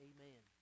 Amen